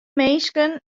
minsken